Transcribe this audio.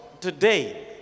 today